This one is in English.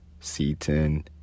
C10